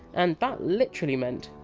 and that literally meant!